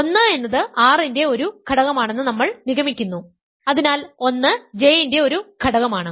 1 എന്നത് R ന്റെ ഒരു ഘടകമാണെന്ന് നമ്മൾ നിഗമിക്കുന്നു അതിനാൽ 1 J ന്റെ ഒരു ഘടകമാണ്